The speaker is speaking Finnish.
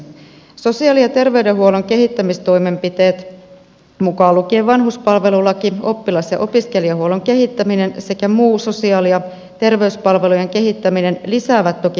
sosiaali ja terveydenhuollon kehittämistoimenpiteet mukaan lukien vanhuspalvelulaki oppilas ja opiskelijahuollon kehittäminen sekä muu sosiaali ja terveyspalvelujen kehittäminen lisäävät toki valtionosuuksia